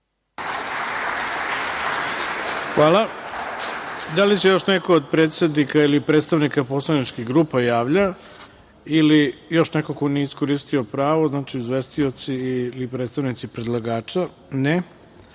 Hvala. Da li se još neko od predsednika ili predstavnika poslaničkih grupa javlja, ili još neko ko nije iskoristio pravo, izvestioci ili predstavnici predlagača?